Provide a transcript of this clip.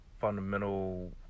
fundamental